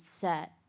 set